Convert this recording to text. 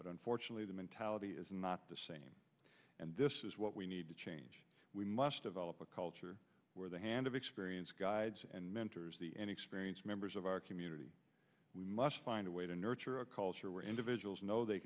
but unfortunately the mentality is not the same and this is what we need to change we must develop a culture where the hand of experience guides and mentors the and experienced members of our community we must find a way to nurture a culture where individuals know they